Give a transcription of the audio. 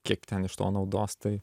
kiek ten iš to naudos tai